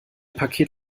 paket